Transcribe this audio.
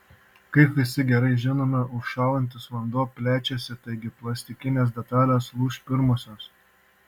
kaip visi gerai žinome užšąlantis vanduo plečiasi taigi plastikinės detalės lūš pirmosios